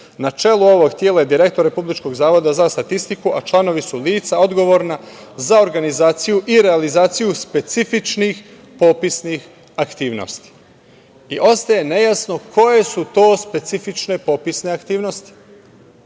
Na čelu ovog tela je direktor Republičkog zavoda za statistiku, a članovi su lica odgovorna za organizaciju i realizaciju specifičnih popisnih aktivnosti.“ Ostaje nejasno koje su to specifične popisne aktivnosti?